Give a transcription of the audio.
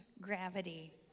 gravity